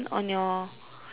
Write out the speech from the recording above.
sandcastle